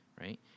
right